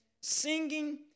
Singing